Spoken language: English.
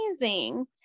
amazing